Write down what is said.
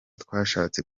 twashatse